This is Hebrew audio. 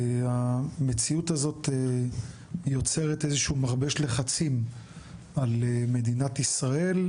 המציאות הזאת יוצרת איזשהו מכבש לחצים על מדינת ישראל,